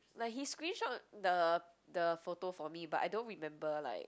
like he screenshot the the photo for me but I don't remember like